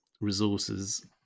resources